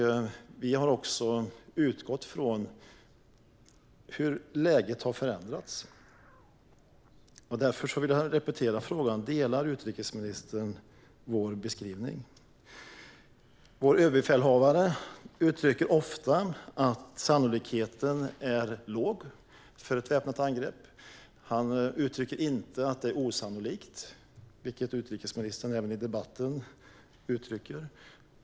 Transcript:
Vi har utgått från hur läget har förändrats. Därför vill jag repetera frågan: Delar utrikesministern vår beskrivning? Vår överbefälhavare uttrycker ofta att sannolikheten är låg för ett väpnat angrepp. Han uttrycker inte att det är osannolikt, vilket utrikesministern även i debatten uttrycker.